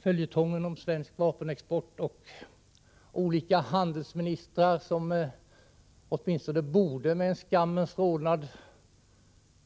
Följetongen om svensk vapenexport under olika handelsministrar — de borde enligt min mening med skammens rodnad på kinderna